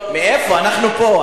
אנחנו פה.